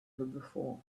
before